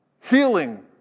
healing